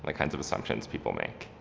like kinds of assumptions people make.